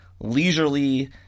leisurely